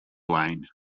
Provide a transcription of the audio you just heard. lane